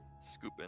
scooping